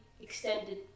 extended